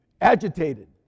agitated